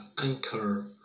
anchor